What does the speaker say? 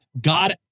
God